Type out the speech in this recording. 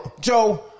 Joe